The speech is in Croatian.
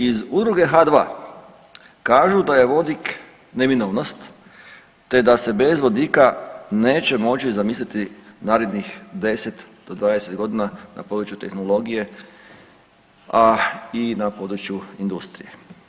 Iz Udruge H2 kažu da je vodik neminovnost te da se bez vodika neće moći zamisliti narednih 10 do 20 godina na području tehnologije, a i na području industrije.